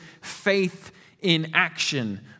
faith-in-action